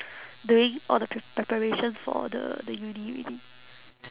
doing all the pre~ preparations for the the uni already